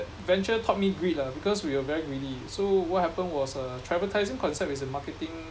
venture taught me greed lah because we were very greedy so what happened was uh tryvertising concept is a marketing